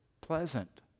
pleasant